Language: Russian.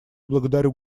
благодарю